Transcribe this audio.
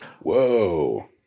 Whoa